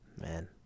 Man